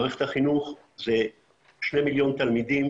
מערכת החינוך זה 2 מיליון תלמידים,